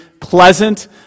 pleasant